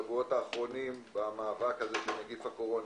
בשבועות האחרונים במאבק בנגיף הקורונה.